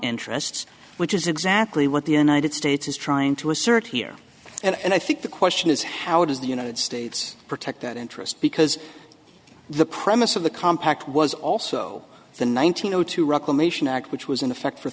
interests which is exactly what the united states is trying to assert here and i think the question is how does the united states protect that interest because the premise of the compact was also the nineteen zero two reclamation act which was in effect for